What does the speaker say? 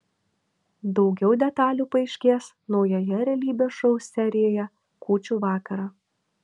daugiau detalių paaiškės naujoje realybės šou serijoje kūčių vakarą